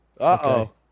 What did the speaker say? uh-oh